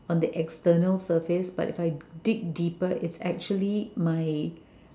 on the external surface but if I dig deeper it's actually my